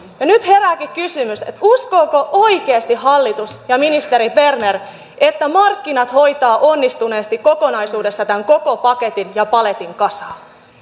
ja nyt herääkin kysymys uskovatko oikeasti hallitus ja ministeri berner että markkinat hoitavat onnistuneesti kokonaisuudessaan tämän koko paketin ja paletin kasaan